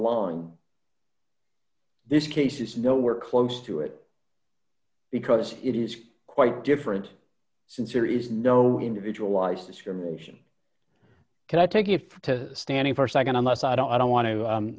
line this case is nowhere close to it because it is quite different since there is no individualized discrimination can i take you to stand in for a nd unless i don't i don't want to